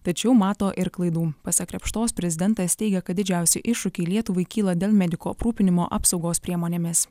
tačiau mato ir klaidų pasak krėpštos prezidentas teigia kad didžiausi iššūkiai lietuvai kyla dėl medikų aprūpinimo apsaugos priemonėmis